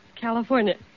California